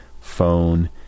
phone